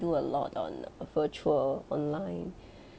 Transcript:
do a lot on uh virtual online